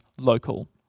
local